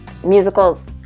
Musicals